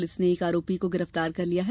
police ने एक आरोपी को गिरफ्तार कर लिया है